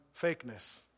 fakeness